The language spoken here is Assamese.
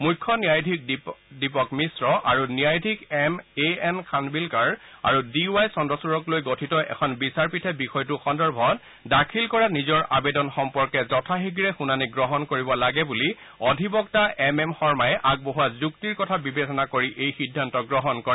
মুখ্য ন্যায়াধীশ দীপক মিশ্ৰ আৰু ন্যায়াধীশ এ এম খানৱিলকাৰ আৰু দি ৱাই চন্দ্ৰচুড়ক লৈ গঠিত এখন বিচাৰপীঠে বিষয়টো সন্দৰ্ভত দাখিল কৰা নিজৰ আবেদন সম্পৰ্কে যথাশীঘে শুনানী গ্ৰহণ কৰিব লাগে বুলি অধিবক্তা এম এল শৰ্মাই আগবঢ়োৱা যুক্তিৰ কথা বিবেচনা কৰি এই সিদ্ধান্ত গ্ৰহণ কৰে